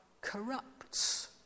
corrupts